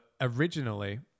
originally